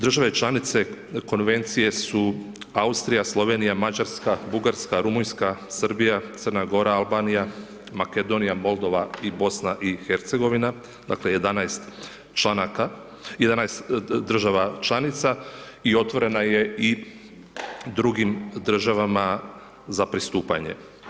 Države članice Konvencije su Austrija, Slovenija, Mađarska, Bugarska, Rumunjska, Srbija, Crna Gora, Albanija, Makedonija, Moldova i BiH, dakle 11 država članica i otvorena je i drugim državama za pristupanje.